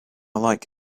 like